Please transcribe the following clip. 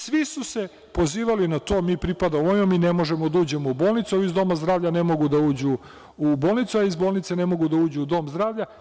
Svi su se pozivali na to – mi pripadamo ovima, mi ne možemo da uđemo u bolnicu, a ovi iz doma zdravlja ne mogu da užu u bolnicu, a iz bolnice ne mogu da uđu u dom zdravlja.